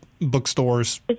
bookstores